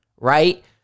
right